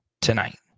tonight